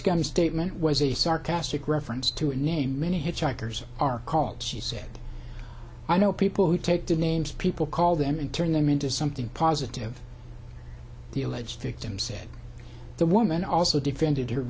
a statement was a sarcastic reference to a name many hitchhikers are called she said i know people who take the names people call them and turn them into something positive the alleged victim said the woman also defended